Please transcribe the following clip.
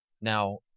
Now